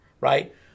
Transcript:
right